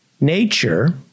Nature